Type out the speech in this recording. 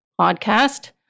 podcast